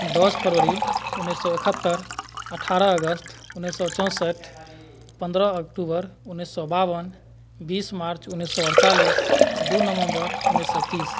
दस फरवरी उन्नीस सए एकहत्तरि अठ्ठारह अगस्त उन्नीस सए चौंसैठ पन्द्रह अक्टूबर उन्नीस सए बावन बीस मार्च उन्नीस सए अड़तालीस दू नवम्बर उन्नीस सए तीस